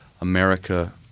America